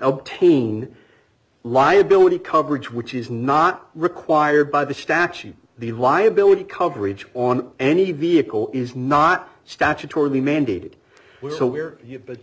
obtain liability coverage which is not required by the statute the liability coverage on any vehicle is not statutorily mandated so where you've been